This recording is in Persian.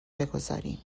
بگذاریم